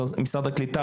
משרד הקליטה,